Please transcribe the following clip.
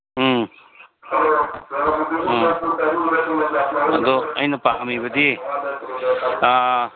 ꯎꯝ ꯑꯥ ꯑꯗꯣ ꯑꯩꯅ ꯄꯥꯝꯃꯤꯕꯗꯤ